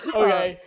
okay